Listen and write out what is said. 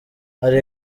hari